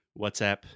WhatsApp